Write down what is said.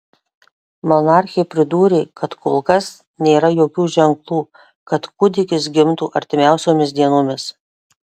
monarchė pridūrė kad kol kas nėra jokių ženklų kad kūdikis gimtų artimiausiomis dienomis